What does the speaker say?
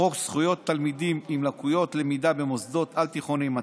13. חוק זכויות תלמידים עם לקויות למידה במוסדות על תיכוניים,